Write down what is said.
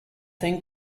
thing